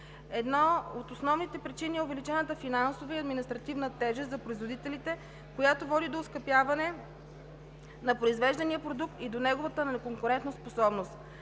Една от основните причини е увеличената финансова и административна тежест за производителите, която води до оскъпяване на произвеждания продукт и до неговата неконкурентоспособност.